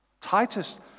Titus